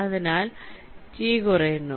അതിനാൽ ടി കുറയുന്നു